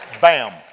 Bam